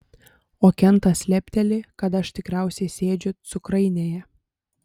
o kentas lepteli kad aš tikriausiai sėdžiu cukrainėje